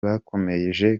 bakomeje